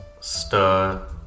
Stir